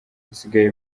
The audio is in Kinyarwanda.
hasigaye